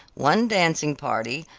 one dancing party,